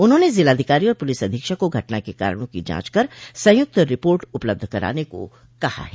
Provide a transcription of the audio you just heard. उन्होंने जिलाधिकारी और पलिस अधीक्षक को घटना के कारणों की जांच कर संयुक्त रिपोर्ट उपलब्ध कराने को कहा है